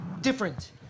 different